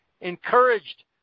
encouraged